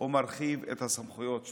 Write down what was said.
ומרחיב את הסמכויות שלו.